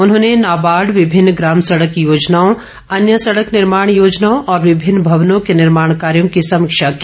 उन्होंने नाबॉर्ड विभिन्न ग्राम सड़क योजनाओं अन्य सड़क निर्माण योजनाओं और विभिन्न भवनों के निर्माण कार्यों की समीक्षा की